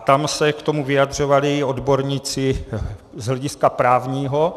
Tam se k tomu vyjadřovali odborníci z hlediska právního.